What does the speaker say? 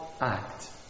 act